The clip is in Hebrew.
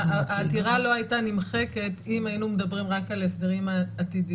העתירה לא הייתה נמחקת אם היינו מדברים רק על הסדרים עתידיים,